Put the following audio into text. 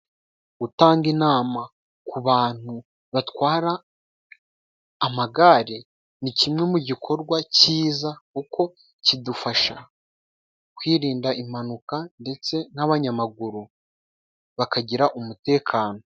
Gutanga inama ku bantu batwara amagare, ni kimwe mu gikorwa cyiza kuko kidufasha kwirinda impanuka, ndetse n'abanyamaguru bakagira umutekano.